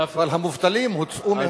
מרשים.